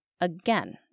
Again